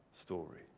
story